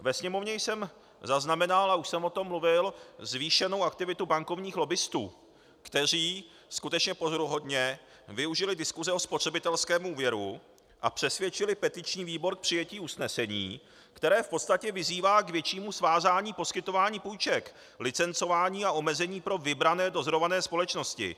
Ve Sněmovně jsem zaznamenal, a už jsem o tom mluvil, zvýšenou aktivitu bankovních lobbistů, kteří skutečně pozoruhodně využili diskuse o spotřebitelském úvěru a přesvědčili petiční výbor k přijetí usnesení, které v podstatě vyzývá k většímu svázání poskytování půjček, licencování a omezení pro vybrané dozorované společnosti.